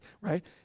right